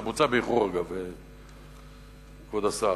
זה בוצע באיחור, אגב, כבוד השר.